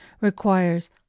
requires